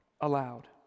aloud